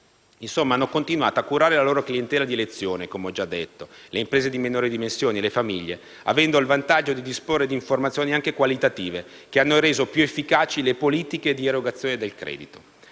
Insomma, hanno continuato a curare la loro clientela di elezione, come ho già detto, le imprese di minori dimensioni e le famiglie, avendo il vantaggio di disporre di informazioni, anche qualitative, che hanno reso più efficaci le politiche di erogazione del credito.